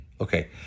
Okay